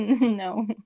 No